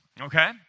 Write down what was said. okay